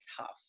tough